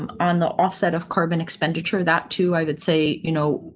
um on the offset of carbon expenditure, that too, i would say, you know,